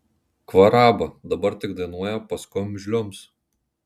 kvaraba dabar tik dainuoja paskum žliumbs